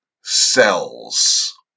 cells